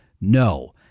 no